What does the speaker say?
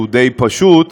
שהוא די פשוט,